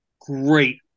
Great